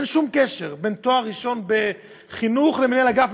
אין שום קשר בין תואר ראשון בחינוך למנהל אגף.